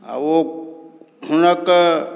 आओर ओ हुनक